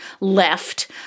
left